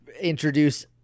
introduce